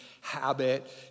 habit